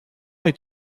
est